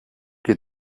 que